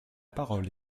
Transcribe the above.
parole